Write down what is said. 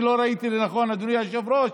לא ראיתי לנכון, אדוני היושב-ראש.